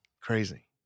Crazy